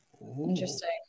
Interesting